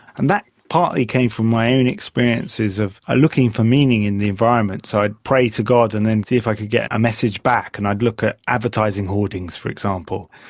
and that partly came from my own experiences of looking for meaning in the environment. so i'd pray to god and then see if i could get a message back and i'd look at advertising hoardings, for example.